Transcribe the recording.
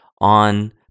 on